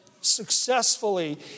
successfully